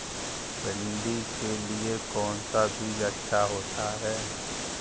भिंडी के लिए कौन सा बीज अच्छा होता है?